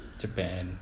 japan